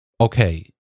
okay